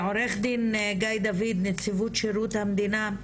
עורך דין גיא דוד, נציבות שירות המדינה,